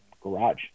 garage